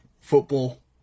football